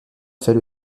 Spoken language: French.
fait